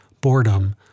boredom